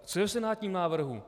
Co je v senátním návrhu?